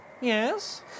Yes